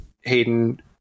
Hayden